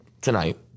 tonight